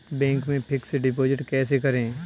Bank में fix deposit कैसे करें?